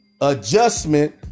adjustment